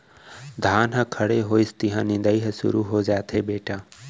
धान ह खड़े होइस तिहॉं निंदई ह सुरू हो जाथे बेटा